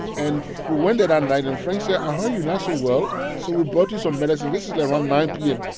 and we went there that um night. and frank said, i heard you're not so well, so we brought you some medicine. this is around nine p m.